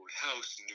House